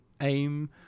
aim